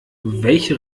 welche